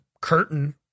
curtain